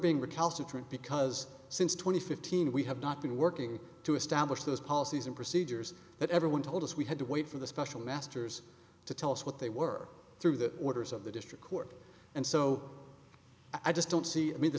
being recalcitrant because since twenty fifteen we have not been working to establish those policies and procedures but everyone told us we had to wait for the special masters to tell us what they were through the orders of the district court and so i just don't see